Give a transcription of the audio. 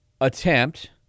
attempt